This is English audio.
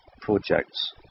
projects